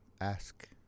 ask